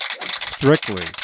Strictly